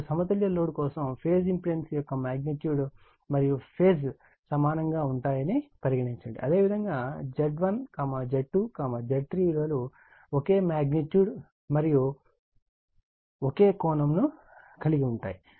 ఇప్పుడు సమతుల్య లోడ్ కోసం ఫేజ్ ఇంపెడెన్స్ యొక్క మాగ్నిట్యూడ్ మరియు ఫేజ్ సమానంగా ఉంటాయి అని పరిగణించండి అదేవిధంగా Z1 Z2 Z3 విలువలు ఒకే మ్యాగ్నెట్యూడ్ మరియు ఒకే యాంగిల్ ను కలిగి ఉంటాయి